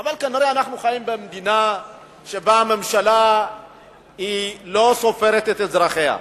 אבל כנראה אנחנו חיים במדינה שבה הממשלה לא סופרת את אזרחיה.